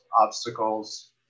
obstacles